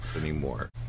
anymore